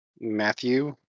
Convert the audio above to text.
Matthew